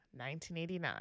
1989